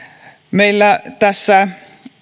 meillä tässä